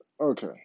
Okay